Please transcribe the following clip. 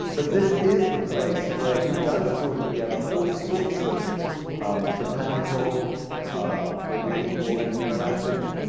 but this is the place where he does draw together all sorts of botanical what we would call ethnographic